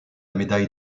médaille